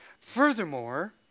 Furthermore